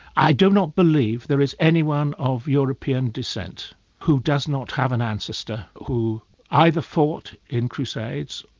i do not believe there is anyone of european descent who does not have an ancestor who either fought in crusades,